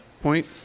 point